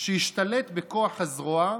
שהשתלט בכוח הזרוע,